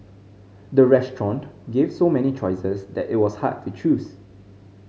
the restaurant gave so many choices that it was hard to choose